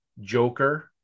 Joker